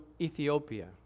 Ethiopia